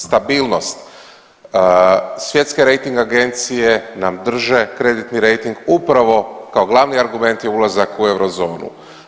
Stabilnost, svjetske rejting agencije nam drže krediti rejting u pravo kao glavni argument je ulazak u eurozonu.